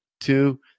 two